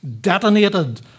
detonated